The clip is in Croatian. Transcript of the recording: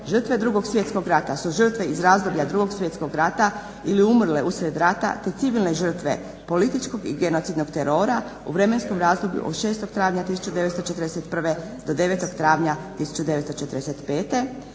žrtve Drugog svjetskog rata su žrtve iz razdoblja Drugog svjetskog rata ili umrle uslijed rata, te civilne žrtve političkog i genocidnog terora u vremenskom razdoblju od 6. travnja 1941. do 9. travnja 1945.,